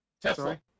Tesla